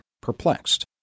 perplexed